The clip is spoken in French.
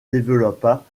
développa